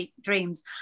dreams